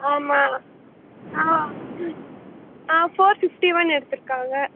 ஆமாம் ஆ ஆ ஃபோர் ஃபிஃப்ட்டி ஒன் எடுத்துயிருக்காங்க